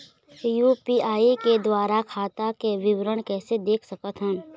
UPI के द्वारा खाता के विवरण कैसे देख सकत हन?